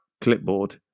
clipboard